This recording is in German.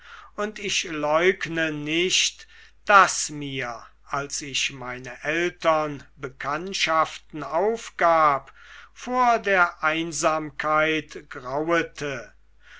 und ich leugne nicht daß mir als ich meine ältern bekanntschaften aufgab vor der einsamkeit grauete